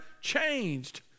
changed